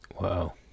Wow